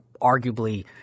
arguably